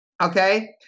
Okay